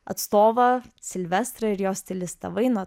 atstovą silvestrą ir jo stilistą vainą